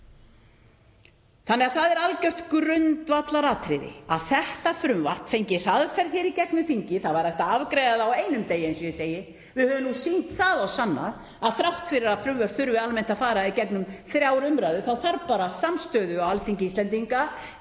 2008. Það er algjört grundvallaratriði að þetta frumvarp fengi hraðferð í gegnum þingið. Það væri hægt að afgreiða það á einum degi eins og ég segi, við höfum sýnt það og sannað að þrátt fyrir að frumvörp þurfi almennt að fara í gegnum þrjár umræður þá þarf bara samstöðu á Alþingi Íslendinga.